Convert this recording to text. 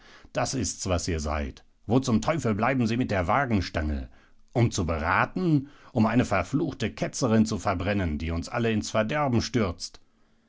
das ist's was ihr seid wo zum teufel bleiben sie mit der wagenstange um zu beraten um eine verfluchte ketzerin zu verbrennen die uns alle ins verderben stürzt